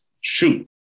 shoot